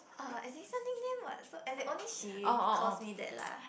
uh as in it's a nickname what so as in only she calls me that lah